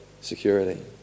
security